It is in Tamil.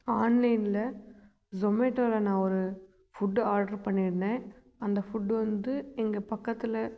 ஆன்லைனில் ஸொமேட்டோவில் நான் ஒரு ஃபுட்டு ஆர்டர் பண்ணியிருந்தேன் அந்த ஃபுட்டு வந்து இங்கே பக்கத்தில்